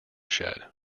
shed